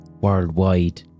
worldwide